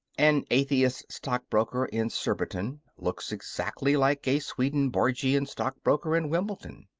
an atheist stockbroker in surbiton looks exactly like a swedenborgian stockbroker in wimbledon.